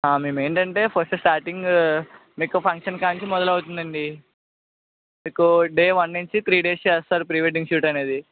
మేమేంటంటే first starting మీకు function కాడి నుంచి మొదలవుతుందండి మీకు డే వన్ నుంచి త్రి డేస్ చేస్తారు ప్రీ వెడ్డింగ్ షూట్ అనేది